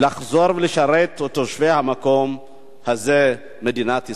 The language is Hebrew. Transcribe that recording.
לחזור ולשרת את תושבי המקום הזה, מדינת ישראל.